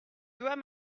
doigt